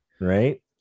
Right